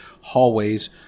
hallways